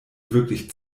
wirklich